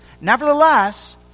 nevertheless